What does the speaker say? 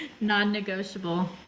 non-negotiable